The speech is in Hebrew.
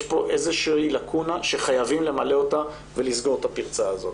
יש פה איזושהי לקונה שחייבים למלא אותה ולסגור את הפרצה הזאת.